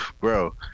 Bro